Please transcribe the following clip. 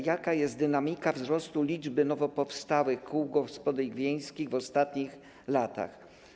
Jaka jest dynamika wzrostu liczby nowo powstałych kół gospodyń wiejskich w ostatnich latach?